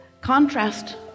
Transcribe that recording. contrast